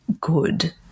good